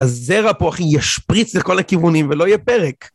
הזרע פה אחי ישפריץ לכל הכיוונים ולא יהיה פרק.